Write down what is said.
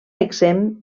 exempt